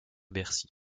bercy